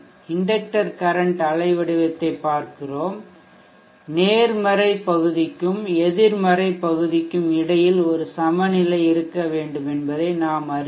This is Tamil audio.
இண்டக்டர் கரன்ட் அலைவடிவத்தைப் பார்க்கிறோம் நேர்மறை பகுதிக்கும் எதிர்மறை பகுதிக்கும் இடையில் ஒரு சமநிலை இருக்க வேண்டும் என்பதை நாம் அறிவோம்